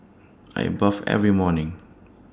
I bathe every morning